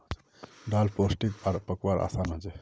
दाल पोष्टिक आर पकव्वार असान हछेक